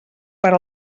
per